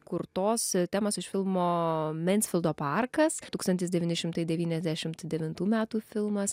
kurtos temos iš filmo mensfildo parkas tūkstantis devyni šimtai devyniasdešimt devintų metų filmas